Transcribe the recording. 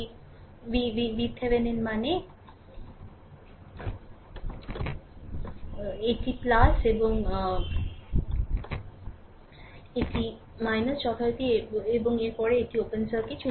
VThevenin মানে এটি এবং এটি যথারীতি এবং এর পরে এবং এটি ওপেন সার্কিট